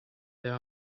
there